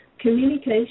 communication